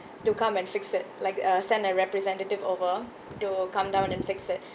to come and fix it like uh send a representative over to come down and fix it